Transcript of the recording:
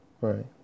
Right